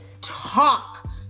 talk